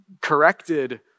corrected